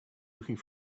looking